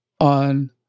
on